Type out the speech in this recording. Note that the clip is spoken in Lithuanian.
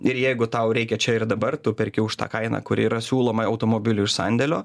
ir jeigu tau reikia čia ir dabar tu perki už tą kainą kuri yra siūloma automobilių iš sandėlio